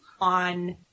on